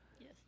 Yes